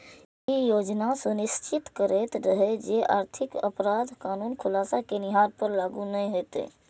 ई योजना सुनिश्चित करैत रहै जे आर्थिक अपराध कानून खुलासा केनिहार पर लागू नै हेतै